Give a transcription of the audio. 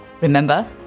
Remember